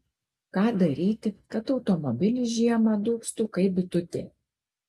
ką daryti kad automobilis žiemą dūgztų kaip bitutė